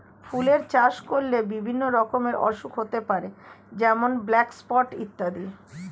ফুলের চাষ করলে বিভিন্ন রকমের অসুখ হতে পারে যেমন ব্ল্যাক স্পট ইত্যাদি